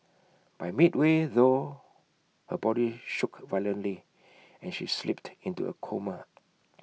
but midway through her body shook violently and she slipped into A coma